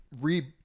re